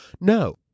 No